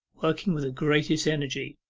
working with the greatest energy